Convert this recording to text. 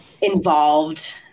involved